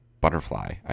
butterfly